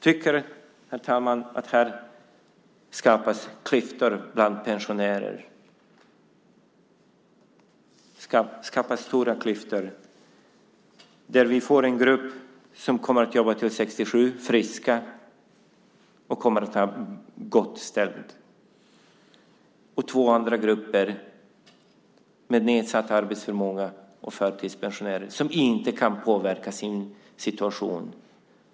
Jag tycker, herr talman, att det här skapas stora klyftor bland pensionärer. Vi får en grupp som kommer att jobba till 67, friska som kommer att ha det gott ställt, och två andra grupper, folk med nedsatt arbetsförmåga och förtidspensionärer, som inte kan påverka sin situation.